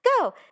go